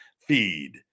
Feed